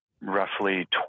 roughly